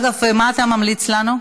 אגב, מה אתה ממליץ לנו?